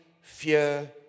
fear